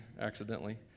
accidentally